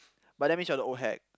but that means you're the old hag